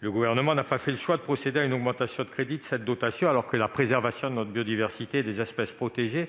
le Gouvernement n'a pas prévu d'augmenter les crédits pour 2021, alors que la préservation de notre biodiversité et des espèces protégées